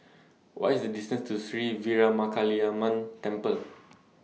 What IS The distance to Sri Veeramakaliamman Temple